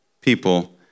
people